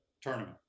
tournament